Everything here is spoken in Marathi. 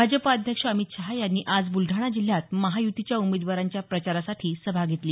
भाजप अध्यक्ष अमित शहा यांनी आज बुलडाणा जिल्ह्यात महायुतीच्या उमेदवारांच्या प्रचारासाठी सभा घेतली